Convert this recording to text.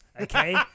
okay